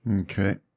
Okay